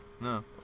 No